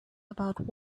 about